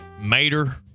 Mater